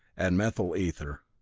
and methyl ether.